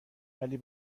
ولی